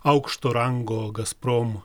aukšto rango gazprom